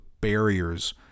barriers